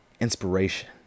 Inspiration